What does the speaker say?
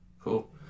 Cool